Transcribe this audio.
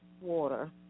water